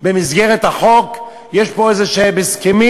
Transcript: במסגרת החוק, יש פה איזה הסכמים.